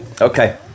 Okay